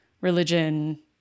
religion